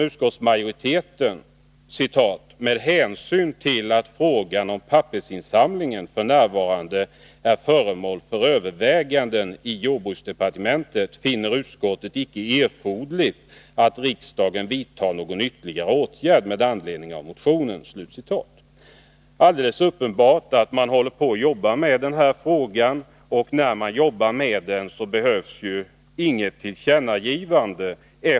Utskottsmajoriteten säger: ”Med hänsyn till att frågan om pappersinsamlingen f. n. är föremål för överväganden i jordbruksdepartementet finner utskottet icke erforderligt att riksdagen vidtar någon ytterligare åtgärd med anledning av motionerna.” Det är alldeles uppenbart att jordbruksdepartementet arbetar med denna fråga, och då behövs inte något tillkännagivande.